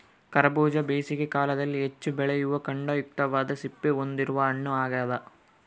ಕರಬೂಜ ಬೇಸಿಗೆ ಕಾಲದಲ್ಲಿ ಹೆಚ್ಚು ಬೆಳೆಯುವ ಖಂಡಯುಕ್ತವಾದ ಸಿಪ್ಪೆ ಹೊಂದಿರುವ ಹಣ್ಣು ಆಗ್ಯದ